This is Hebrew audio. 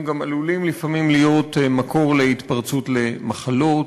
הם גם עלולים לפעמים להיות מקור להתפרצות למחלות,